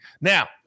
Now